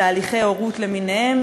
תהליכי הורות למיניהם,